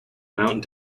mount